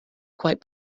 quite